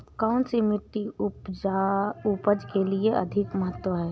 कौन सी मिट्टी उपज के लिए अधिक महत्वपूर्ण है?